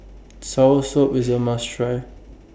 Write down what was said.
Soursop IS A must Try